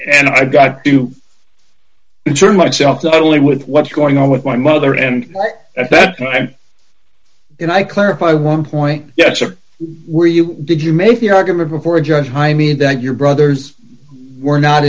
and i got to concern myself not only with what's going on with my mother and at that time i clarify one point yes or were you did you make the argument before a judge by me that your brothers were not